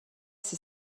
ses